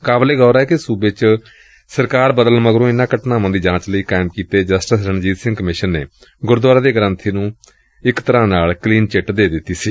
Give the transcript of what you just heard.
ਕਾਬਿਲੇ ਗੌਰ ਏ ਕਿ ਸੂਬੇ ਚ ਸਰਕਾਰ ਬਦਲਣ ਮਗਰੋ ਇਨੂਾਂ ਘਟਨਾਵਾਂ ਦੀ ਜਾਂਚ ਲਈ ਕਾਇਮ ਕੀਤੇ ਜਸਟਿਸ ਰਣਜੀਤ ਸਿੰਘ ਕਮਿਸ਼ਨ ਨੇ ਗੁਰਦੁਆਰੇ ਦੇ ਗ੍ੰਥੀ ਨੂੰ ਇਕ ਤਰੂਾਂ ਨਾਲ ਕਲੀਨ ਚਿੱਟ ਦੇ ਦਿੱਤੀ ਸੀ